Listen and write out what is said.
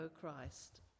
christ